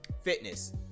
Fitness